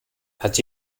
hat